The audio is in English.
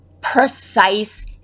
precise